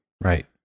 Right